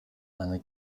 eine